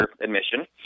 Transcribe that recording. admission